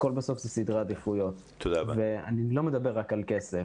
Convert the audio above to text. הכול בסוף זה סדרי עדיפויות ואני לא מדבר רק על כסף.